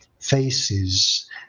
Faces